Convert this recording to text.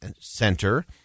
center